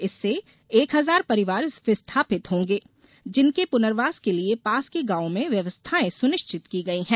इससे एक हजार परिवार विस्थापित होंगे जिनके पुनर्वास के लिये पास के गाँवों में व्यवस्थाएँ सुनिश्चित की गई हैं